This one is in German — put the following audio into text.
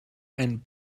einen